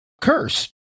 curse